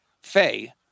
Faye